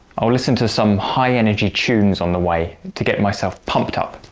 i'll listen to some high-energy tunes on the way to get myself pumped up.